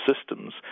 systems